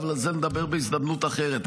אבל זה נדבר בהזדמנות אחרת,